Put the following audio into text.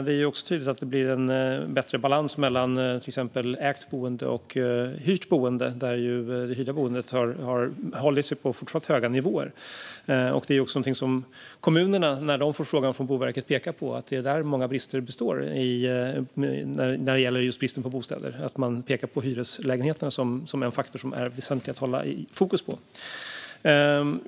Det är dock tydligt att det blir en bättre balans mellan exempelvis ägt boende och hyrt boende. Det hyrda boendet har hållit sig på fortsatt höga nivåer. När kommunerna får frågan om detta av Boverket pekar de på att det är där många brister finns när det gäller tillgången till bostäder. Man pekar på hyreslägenheterna som en väsentlig faktor att hålla fokus på.